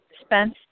spence